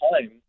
time